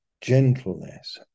gentleness